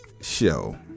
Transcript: show